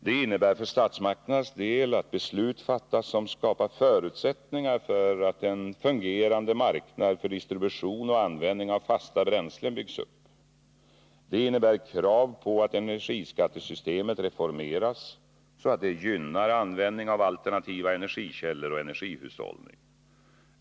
Det innebär för statsmakternas del att beslut fattas som skapar förutsättningar för att en fungerande marknad för distribution och användning av fasta bränslen byggs upp. Det innebär krav på att energiskattesystemet reformeras så att det gynnar användning av alternativa energikällor och energihushållning.